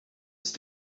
ist